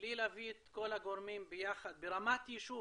בלי להביא את כל הגורמים ביחד ברמת יישוב,